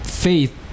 faith